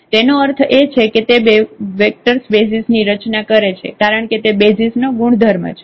તેથી તેનો અર્થ એ છે કે તે બે વેક્ટર્સ બેસિઝ ની રચના કરે છે કારણ કે તે બેસિઝ નો ગુણધર્મ છે